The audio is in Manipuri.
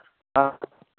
ꯑ